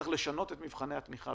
צריך לשנות את מבחני התמיכה.